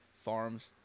farms